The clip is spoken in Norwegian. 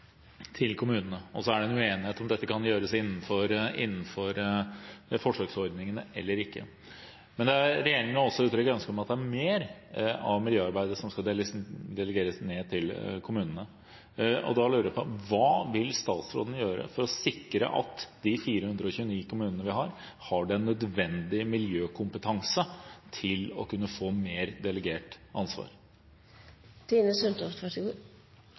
til kommunene. Det er en uenighet om dette kan gjøres innenfor forsøksordningene eller ikke. Regjeringen har også uttrykt ønske om at mer av miljøarbeidet skal delegeres ned til kommunene. Da lurer jeg på følgende: Hva vil statsråden gjøre for å sikre at de 429 kommunene vi har, har den nødvendige miljøkompetanse til å kunne få mer delegert